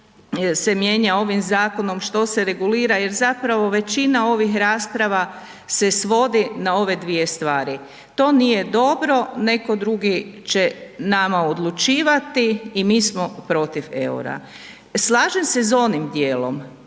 se mijenja ovim zakonom, što se regulira jer zapravo većina ovih rasprava se svodi na ove dvije stvari. To nije dobro, netko drugi će nama odlučivati i mi smo protiv EUR-a. Slažem se onim dijelom